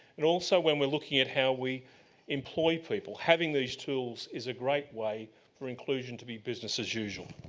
and also when we're looking at how we employ people, having these tools is a great way for inclusion to be business as usual.